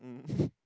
mm